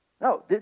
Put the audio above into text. No